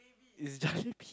it's jalebi